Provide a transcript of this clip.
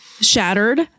shattered